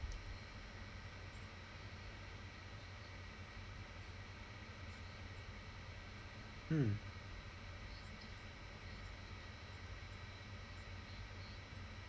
mm